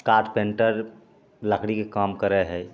carpenter लकड़ीके काम करै हइ